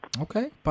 Okay